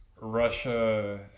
Russia